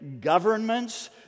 governments